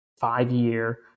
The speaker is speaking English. five-year